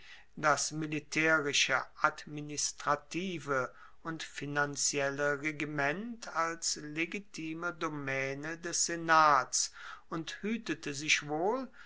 das militaerische administrative und finanzielle regiment als legitime domaene des senats und huetete sie sich wohl